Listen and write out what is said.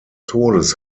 todes